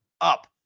up